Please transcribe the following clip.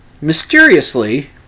mysteriously